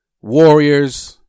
Warriors